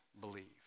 believe